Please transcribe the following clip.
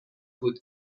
بود